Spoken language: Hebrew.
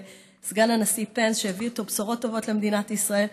וסגן הנשיא פנס הביא איתו בשורות טובות למדינת ישראל,